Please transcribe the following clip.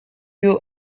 you